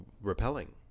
repelling